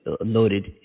noted